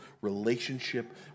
relationship